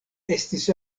estis